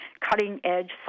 cutting-edge